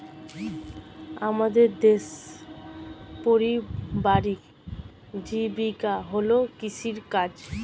আমাদের পারিবারিক জীবিকা হল কৃষিকাজ